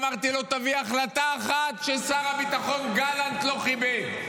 אמרתי לו: תביא החלטה אחת ששר הביטחון גלנט לא כיבד.